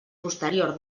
posterior